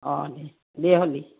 অঁ দে দে হ'লি